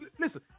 Listen